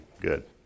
good